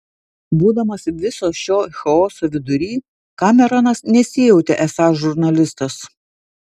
būdamas viso šio chaoso vidury kameronas nesijautė esąs žurnalistas